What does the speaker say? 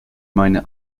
meine